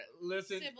Listen